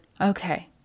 okay